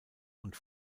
und